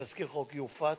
תזכיר החוק יופץ,